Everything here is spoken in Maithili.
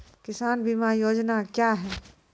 किसान बीमा योजना क्या हैं?